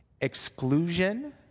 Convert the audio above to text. exclusion